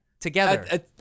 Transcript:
together